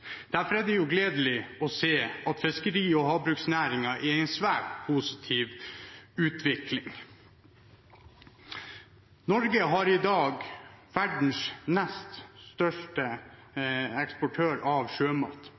Derfor er det gledelig å se at fiskeri- og havbruksnæringen er i en svært positiv utvikling. Norge er i dag verdens nest største eksportør av sjømat.